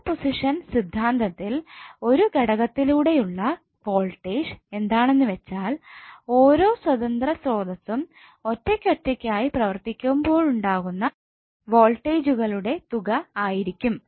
superposition സിദ്ധാന്തത്തിൽ ഒരു ഘടകത്തിലൂടെയുള്ള വോൾട്ടേജ് എന്താണെന്നുവെച്ചാൽ ഓരോ സ്വതന്ത്ര സ്രോതസ്സും ഒറ്റയ്ക്കൊറ്റയ്ക്ക് പ്രവർത്തിക്കുക്കുമ്പോഴുണ്ടാകുന്ന വോൾട്ടെജുകളുടെ തുക ആയിരിക്കും